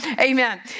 Amen